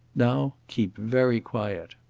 now keep very quiet.